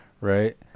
right